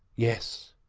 yes.